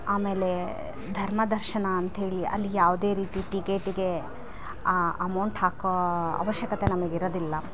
ಆಮೇಲೆ ಧರ್ಮ ದರ್ಶನ ಅಂತ್ಹೇಳಿ ಅಲ್ಲಿ ಯಾವುದೇ ರೀತಿ ಟಿಕೇಟಿಗೆ ಅಮೌಂಟ್ ಹಾಕೋ ಆವಶ್ಯಕತೆ ನಮಗೆ ಇರದಿಲ್ಲ